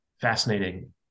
fascinating